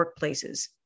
workplaces